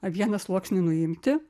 vieną sluoksnį nuimti